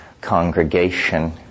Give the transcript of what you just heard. congregation